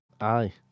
Aye